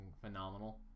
phenomenal